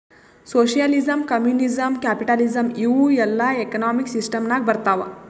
socialism, communism, capitalism ಇವೂ ಎಲ್ಲಾ economic system ನಾಗ್ ಬರ್ತಾವ್